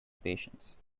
patience